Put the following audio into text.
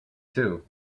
too